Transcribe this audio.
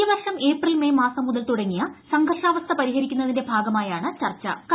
ഈ വർഷം April May മാസം മുതൽ തുടങ്ങിയ സംഘർഷാവസ്ഥ പരിഹരിക്കുന്നതിന്റെ ഭാഗമായാണ് ചർച്ചു